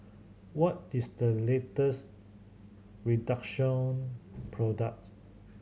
what is the latest Redoxon product